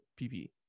PP